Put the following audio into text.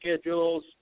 schedules